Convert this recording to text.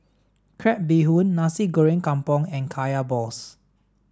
crab bee hoon nasi goreng kampung and kaya balls